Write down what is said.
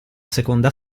seconda